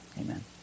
Amen